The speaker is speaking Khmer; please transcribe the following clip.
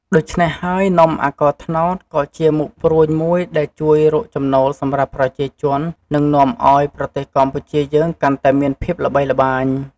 ដូច្នេះហើយនំអាកោត្នោត ក៏ជាមុខព្រួញមួយដែលជួយរកចំណូលសម្រាប់ប្រជាជន និងនាំឱ្យប្រទេសកម្ពុជាយើងកាន់តែមានភាពល្បីល្បាញ។